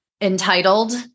entitled